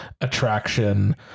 attraction